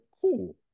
Cool